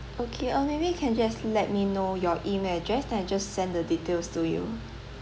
okay uh maybe you can just let me know your email address then I just send the details to you